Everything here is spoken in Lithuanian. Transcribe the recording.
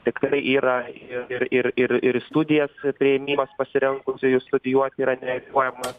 tikrai yra ir ir ir ir ir į studijas priėmimas pasirengusiųjų studijuot yra neribojamas